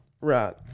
Right